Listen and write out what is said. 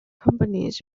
companies